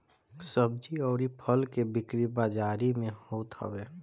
सब्जी अउरी फल के बिक्री बाजारी में होत हवे